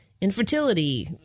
infertility